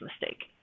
mistake